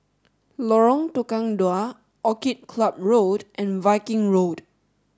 Lorong Tukang Dua Orchid Club Road and Viking Road